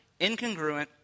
incongruent